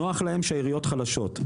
נוח להם שהעיריות חלשות,